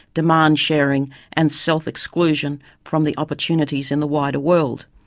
demand sharing and self-exclusion from the opportunities in the wider world.